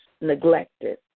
neglected